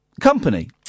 company